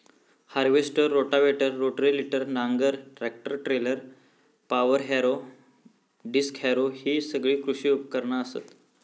harvester, rotavator, rotary tiller, नांगर, tractor trailer, power harrow, disc harrow हि सगळी कृषी उपकरणा असत